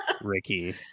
Ricky